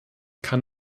kann